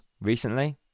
recently